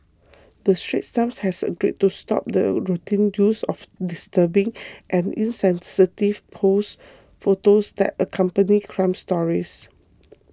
the Straits Times has agreed to stop the routine use of disturbing and insensitive pose photos that accompany crime stories